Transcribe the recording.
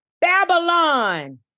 Babylon